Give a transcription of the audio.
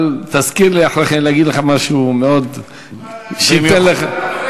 אבל תזכיר לי אחרי כן להגיד לך משהו שייתן לך,